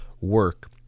work